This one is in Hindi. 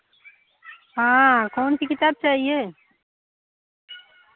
हाँ कौन सी किताब चाहिए